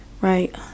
Right